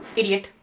idiot.